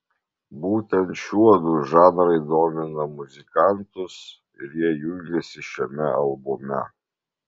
būtent šiuodu žanrai domina muzikantus ir jie jungiasi šiame albume